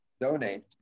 Donate